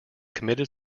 committed